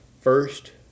first